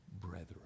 brethren